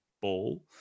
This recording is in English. Ball